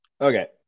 Okay